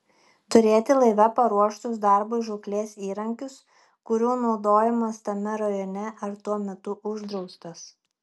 turėti laive paruoštus darbui žūklės įrankius kurių naudojimas tame rajone ar tuo metu uždraustas